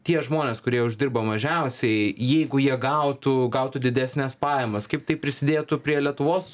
tie žmonės kurie uždirba mažiausiai jeigu jie gautų gautų didesnes pajamas kaip tai prisidėtų prie lietuvos